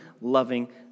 loving